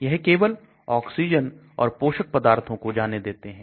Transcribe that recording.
यह केवल ऑक्सीजन और पोषक पदार्थों को जाने देते हैं